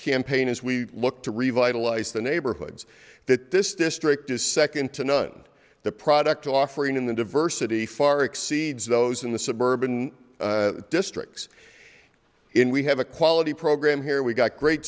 campaign is we look to revitalize the neighborhoods that this district is second to none the product offering in the diversity far exceeds those in the suburban districts in we have a quality program here we've got great